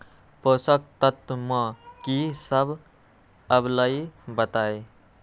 पोषक तत्व म की सब आबलई बताई?